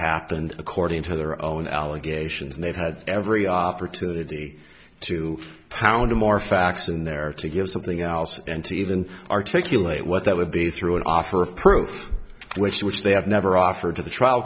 happened according to their own allegations and they've had every opportunity to pound more facts in there to give something else and to even articulate what that would be through an offer of proof which which they have never offered to the trial